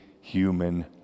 human